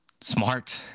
smart